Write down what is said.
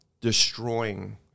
destroying